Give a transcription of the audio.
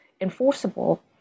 enforceable